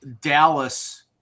dallas